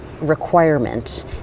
requirement